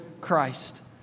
Christ